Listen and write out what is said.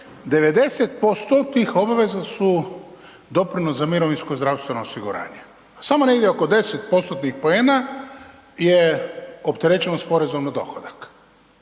90% tih obveza su doprinos za mirovinsko i zdravstveno osiguranje. Samo negdje oko 10 postotnih poena je opterećenost s porezom na dohodak.